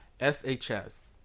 SHS